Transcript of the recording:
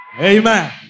Amen